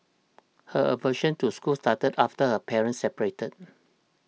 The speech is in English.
her aversion to school started after her parents separated